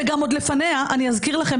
עוד לפניה אני אזכיר לכם,